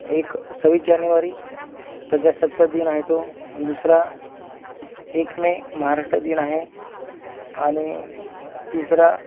एक सव्वीस जानेवारी प्रजासत्ताक दिन आहे तो दुसरा एक मे महाराष्ट्र दिन आहे आणि तिसरा